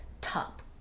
Top